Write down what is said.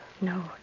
No